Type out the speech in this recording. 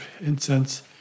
incense